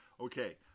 Okay